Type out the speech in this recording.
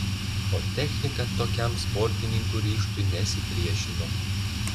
o technika tokiam sportininkų ryžtui nesipriešino